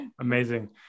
Amazing